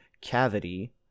cavity